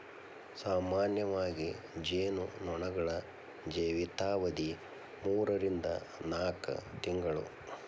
ಸಾಮಾನ್ಯವಾಗಿ ಜೇನು ನೊಣಗಳ ಜೇವಿತಾವಧಿ ಮೂರರಿಂದ ನಾಕ ತಿಂಗಳು